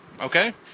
okay